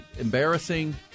embarrassing